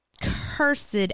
Cursed